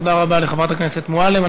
תודה רבה לחברת הכנסת מועלם.